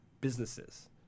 businesses